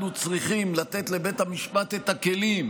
אנחנו צריכים לתת לבית המשפט את הכלים,